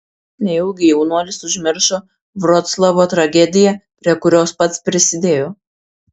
nejaugi jaunuolis užmiršo vroclavo tragediją prie kurios pats prisidėjo